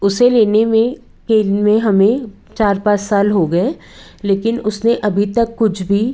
उसको लेने में में हमें चार पाँच साल हो गए लेकिन उसमें अभी तक कुछ भी